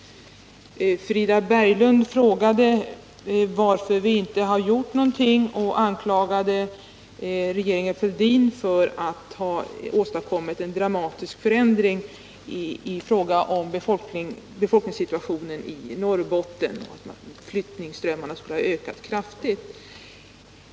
Frida Berglund frågade också varför vi inte har gjort någonting och anklagade regeringen Fälldin för att ha åstadkommit en dramatisk förändring i fråga om befolkningssituationen i Norrbotten. Flyttningsströmmarna skulle ha ökat kraftigt.